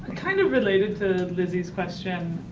kind of related to lizzie's question.